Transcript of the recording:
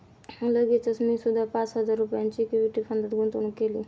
लगेचच मी सुद्धा पाच हजार रुपयांची इक्विटी फंडात गुंतवणूक केली